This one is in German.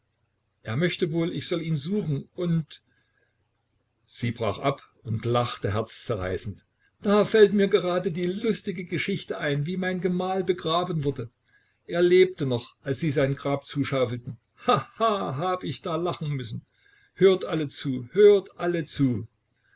er möchte wohl ich soll ihn suchen und sie brach ab und lachte herzzerreißend da fällt mir gerade die lustige geschichte ein wie mein gemahl begraben wurde er lebte noch als sie sein grab zuschaufelten haha hab ich da lachen müssen hört alle zu hört alle zu